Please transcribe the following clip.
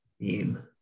theme